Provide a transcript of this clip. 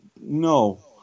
No